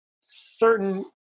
certain